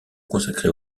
consacrée